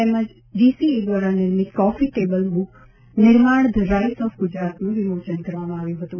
તેમજ જીસીએ દ્વારા નિર્મિત કોફી ટેબલ બુક નિર્માણ ધ રાઇસ ઓફ ગુજરાતનું વિમોચન કરવામાં આવ્યું હતું